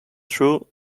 true